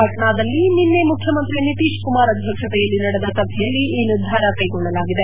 ಪಟ್ನಾದಲ್ಲಿ ನಿನ್ನೆ ಮುಖ್ಯಮಂತ್ರಿ ನಿತೀಶ್ ಕುಮಾರ್ ಅಧ್ಯಕ್ಷತೆಯಲ್ಲಿ ನಡೆದ ಸಭೆಯಲ್ಲಿ ಈ ನಿರ್ಧಾರ ಕೈಗೊಳ್ಳಲಾಗಿದೆ